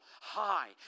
high